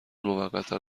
موقتا